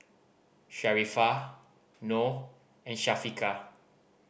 Sharifah Noh and Syafiqah